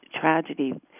tragedy